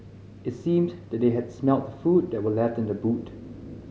it seemed that they had smelt the food that were left in the boot